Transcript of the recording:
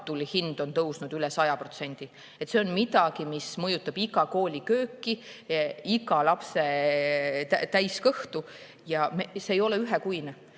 hind on tõusnud üle 100%. See on midagi, mis mõjutab iga kooli kööki, iga lapse täis kõhtu, ja see ei ole ühekuine.